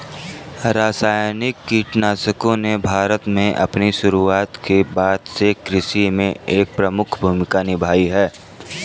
रासायनिक कीटनाशकों ने भारत में अपनी शुरूआत के बाद से कृषि में एक प्रमुख भूमिका निभाई है